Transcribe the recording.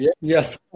Yes